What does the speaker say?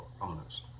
owners